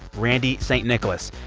randee st. nicholas.